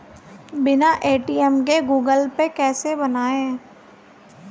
बिना ए.टी.एम के Google Pay कैसे बनायें?